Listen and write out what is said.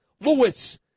Lewis